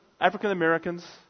African-Americans